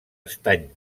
estany